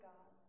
God